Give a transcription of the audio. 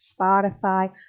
spotify